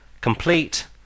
complete